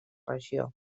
regió